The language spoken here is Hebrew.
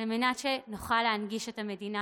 על מנת שנוכל להנגיש את המדינה,